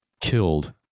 killed